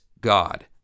God